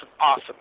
awesome